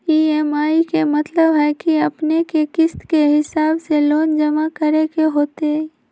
EMI के मतलब है कि अपने के किस्त के हिसाब से लोन जमा करे के होतेई?